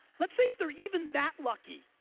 let's say if there even that lucky,